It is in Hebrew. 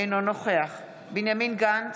אינו נוכח בנימין גנץ,